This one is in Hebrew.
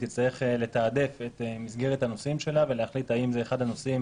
תצטרך לתעדף את מסגרת הנושאים שלה ולהחליט האם זה אחד הנושאים